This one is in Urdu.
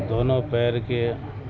دونوں پیر کے